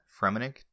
Fremenic